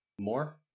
more